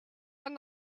and